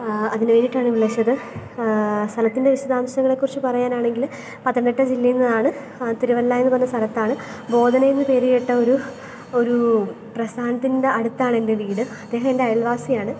അതിനു വേണ്ടിയിട്ടാണ് വിളിച്ചത് സ്ഥലത്തിന്റെ വിശദാംശങ്ങളെക്കുറിച്ച് പറയുവാനാണെങ്കിൽ പത്തനംതിട്ട ജില്ലയിൽ നിന്നാണ് തിരുവല്ല എന്നു പറയുന്ന സ്ഥലത്താണ് ബോധന എന്ന് പേരു കേട്ട ഒരു ഒരു പ്രസ്ഥാനത്തിന്റെ അടുത്താണ് എന്റെ വീട് അദ്ദേഹം എന്റെ അയല്വാസിയാണ്